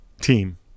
team